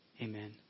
Amen